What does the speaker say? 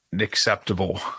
acceptable